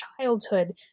childhood